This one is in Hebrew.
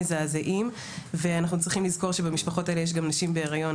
מזעזעים ואנחנו צריכים לזכור שבמשפחות האלה יש גם נשים בהיריון,